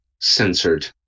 censored